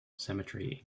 cemetery